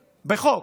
בחוק,